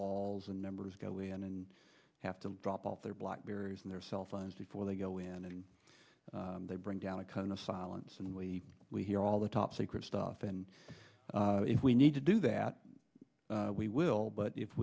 walls and numbers go in and have to drop off their blackberries and their cell phones before they go in and they bring down a kind of silence and we we hear all the top secret stuff and if we need to do that we will but if